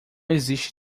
existe